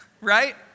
Right